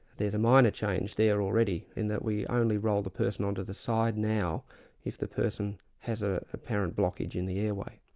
there's a minor change there already in that we only roll the person onto the side now if the person has an ah apparent blockage in the airway.